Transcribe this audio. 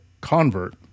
convert